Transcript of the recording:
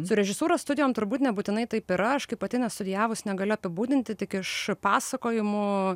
su režisūros studijom turbūt nebūtinai taip yra aš kai pati nestudijavus negaliu apibūdinti tik iš pasakojimų